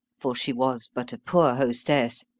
for she was but a poor hostess,